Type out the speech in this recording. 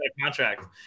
contract